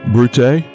Brute